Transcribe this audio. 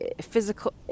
physical